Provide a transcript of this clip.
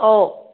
ꯑꯧ